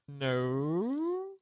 No